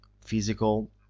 physical